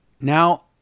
Now